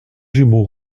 jumeau